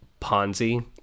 Ponzi